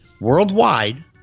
worldwide